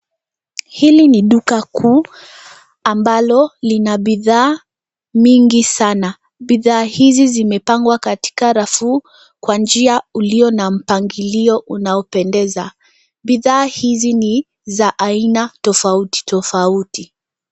Hili ni duka kuu ambalo lina bidhaa mingi sana. Bidhaa hizi zimepangwa katika rafu kwa njia ulio na mpangilio unaopendeza. Bidhaa hizi ni za aina tofauti tofauti.